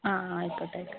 ആ ആ ആയിക്കോട്ടെ ആയിക്കോട്ടെ